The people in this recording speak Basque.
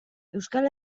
euskal